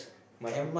must be